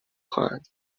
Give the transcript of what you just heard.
خواهند